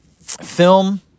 film